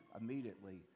immediately